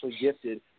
gifted